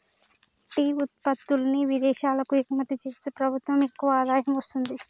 tea ఉత్పత్తుల్ని విదేశాలకు ఎగుమతి చేస్తూ ప్రభుత్వం ఎక్కువ ఆదాయం వస్తుంది